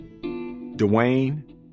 Dwayne